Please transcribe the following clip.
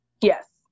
Yes